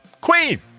queen